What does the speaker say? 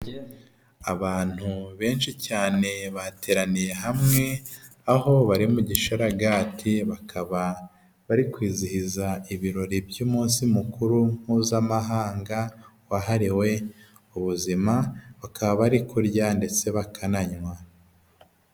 Abantu benshi cyane bateraniye hamwe, aho bari mu gisharagati bakaba bari kwizihiza ibirori by'umunsi mukuru mpuzamahanga wahariwe ubuzima, bakaba bari kurya ndetse bakananywa.